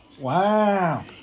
Wow